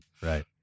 Right